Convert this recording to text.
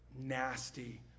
nasty